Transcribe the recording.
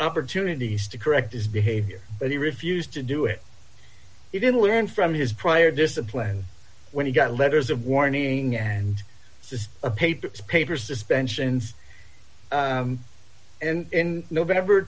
opportunities to correct his behavior but he refused to do it he didn't learn from his prior discipline when he got letters of warning and it's just a paper it's paper suspensions and in november